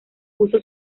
puso